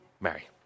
Mary